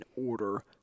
order